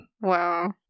Wow